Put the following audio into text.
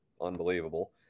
unbelievable